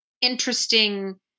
interesting